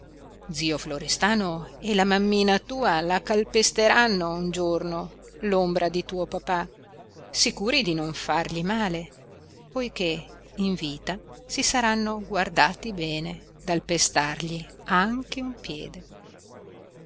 zio florestano e la mammina tua la calpesteranno un giorno l'ombra di tuo papà sicuri di non fargli male poiché in vita si saranno guardati bene dal pestargli anche un piede